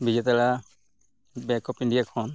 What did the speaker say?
Bijetara bank of India ᱠᱷᱚᱱ